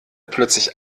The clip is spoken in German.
plötzlich